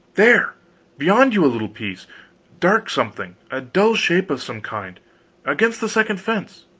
there beyond you a little piece dark something a dull shape of some kind against the second fence.